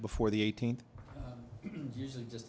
before the eighteenth usually just